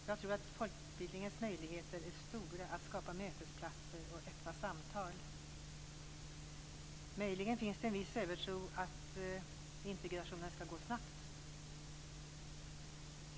Jag tror att folkbildningens möjligheter är stora när det gäller att skapa mötesplatser och öppna samtal. Möjligen finns det en viss övertro på att integrationen skall gå snabbt.